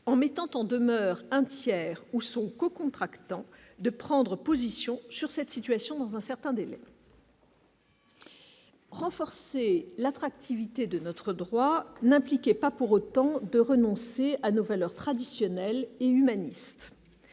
en mettant en demeure un tiers ou son co-contractant de prendre position sur cette situation dans un certain délai. Renforcer l'attractivité de notre droit n'impliquait pas pour autant de renoncer à nos valeurs traditionnelles et humaniste,